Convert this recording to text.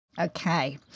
Okay